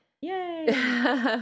yay